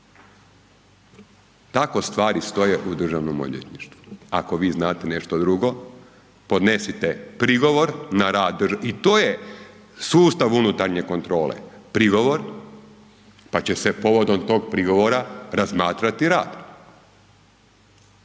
Tako stvari stoje u Državnom odvjetništvu. Ako vi znate nešto drugo, podnesite prigovor na rad, i to je sustav unutarnje kontrole, prigovor pa će se povodom tog prigovora razmatrati rad.